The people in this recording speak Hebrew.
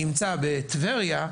שנמצא בטבריה,